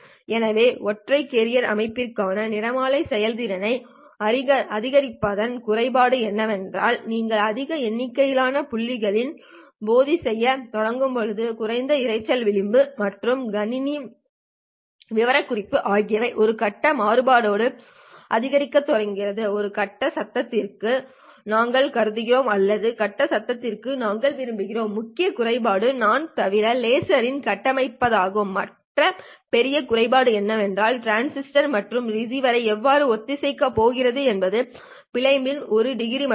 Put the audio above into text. எனவே ஒற்றை கேரியர் அமைப்பிற்கான நிறமாலை செயல்திறனை அதிகரிப்பதற்கான குறைபாடு என்னவென்றால் நீங்கள் அதிக எண்ணிக்கையிலான புள்ளிகளில் பொதி செய்யத் தொடங்கும் போது குறைந்த இரைச்சல் விளிம்பு மற்றும் கணினி விவரக்குறிப்பு ஆகியவை ஒரு கட்ட மாறுபாட்டோடு அதிகரிக்கத் தொடங்குகின்றன இது கட்ட சத்தத்திற்கு நாங்கள் கருதுகிறோம் அல்லது கட்ட சத்தத்திற்கு நாங்கள் விரும்புகிறோம் முக்கிய குறைபாடு நான் தவிர லேசரில் கட்டமைக்கப்பட்டிருப்பதால் மற்ற பெரிய குறைபாடு என்னவென்றால் டிரான்ஸ்மிட்டர் மற்றும் ரிசீவரை எவ்வாறு ஒத்திசைக்கப் போகிறீர்கள் என்பது பிழையின் விளிம்பு ஒரு டிகிரி மட்டுமே